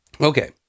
Okay